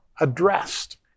addressed